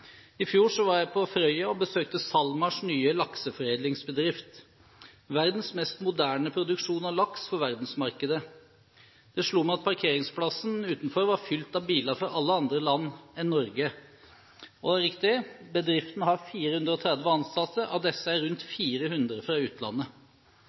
I fjor var jeg på Frøya og besøkte Salmars nye lakseforedlingsbedrift, verdens mest moderne produksjon av laks for verdensmarkedet. Det slo meg at parkeringsplassen utenfor var fylt av biler fra alle andre land enn Norge. Og riktig – bedriften har 430 ansatte, av disse er rundt